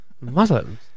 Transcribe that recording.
Muslims